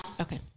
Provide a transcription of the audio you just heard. Okay